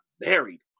Married